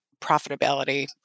profitability